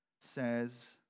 says